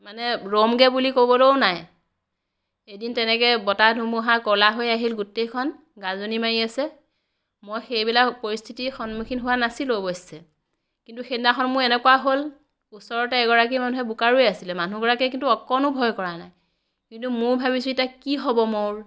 মানে ৰ'মগৈ বুলি ক'বলৈও নাই এদিন তেনেকৈ বতাহ ধুমুহা ক'লা হৈ আহিল গোটেইখন গাজনি মাৰি আছে মই সেইবিলাক পৰিস্থিতিৰ সন্মুখীন হোৱা নাছিলোঁ অৱশ্যে কিন্তু সেইদিনাখন মোৰ এনেকুৱা হ'ল ওচৰতে এগৰাকী মানুহে বোকা ৰুই আছিলে মানুহগৰাকীয়ে কিন্তু অকণো ভয় কৰা নাই কিন্তু মই ভাবিছোঁ এতিয়া কি হ'ব মোৰ